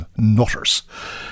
nutters